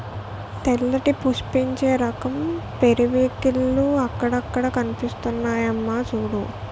తెల్లటి పుష్పించే రకం పెరివింకిల్లు అక్కడక్కడా కనిపిస్తున్నాయమ్మా చూడూ